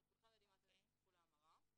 כולם יודעים מה זה טיפולי המרה,